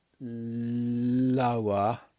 lower